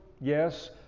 Yes